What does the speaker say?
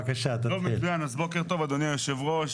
בוקר טוב אדוני היושב ראש.